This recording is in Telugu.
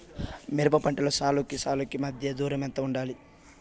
మిరప పంటలో సాలుకి సాలుకీ మధ్య దూరం ఎంత వుండాలి?